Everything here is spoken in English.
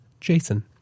Jason